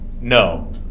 no